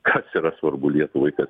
kas yra svarbu lietuvai kas